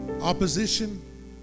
Opposition